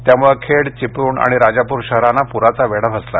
त्यामुळे खेड चिपळूण आणि राजापूर शहरांना प्राचा वेढा बसला